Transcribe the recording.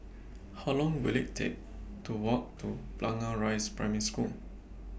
How Long Will IT Take to Walk to Blangah Rise Primary School